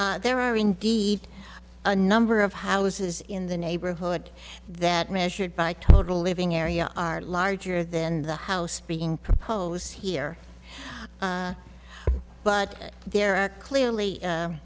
right there are indeed a number of houses in the neighborhood that measured by total living area are larger than the house being proposed here but there are clearly